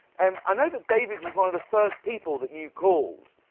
um i know that david was one of the first people that you called.